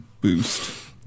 boost